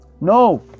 No